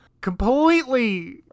completely